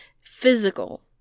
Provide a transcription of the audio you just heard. physical